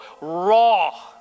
raw